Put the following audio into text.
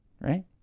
right